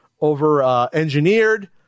over-engineered